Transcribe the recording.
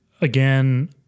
again